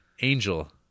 Angel